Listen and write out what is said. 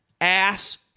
Ass